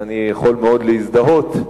אני יכול מאוד להזדהות,